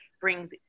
brings